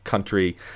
Country